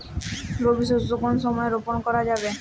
রবি শস্য কোন সময় রোপন করা যাবে?